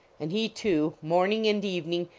and he, too, morning and evening,